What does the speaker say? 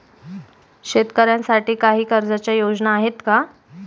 शेतकऱ्यांसाठी काही कर्जाच्या योजना आहेत का?